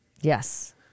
Yes